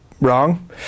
wrong